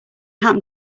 happen